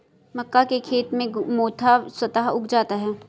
मक्का के खेत में मोथा स्वतः उग जाता है